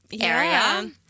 area